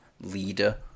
leader